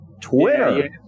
Twitter